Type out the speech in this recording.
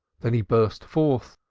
then he burst forth.